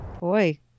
Boy